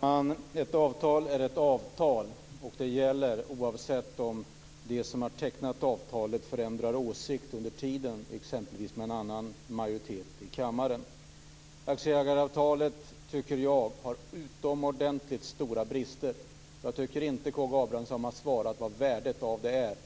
Fru talman! Ett avtal är ett avtal. Det gäller oavsett om de som har tecknat avtalet förändrar åsikt under tiden, t.ex. genom en annan majoritet i kammaren. Jag tycker att aktieägaravtalet har utomordentligt stora brister. Jag tycker inte att K G Abramsson har svarat på vad värdet av det är.